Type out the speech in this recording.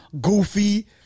Goofy